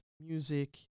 music